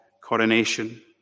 coronation